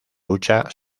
lucha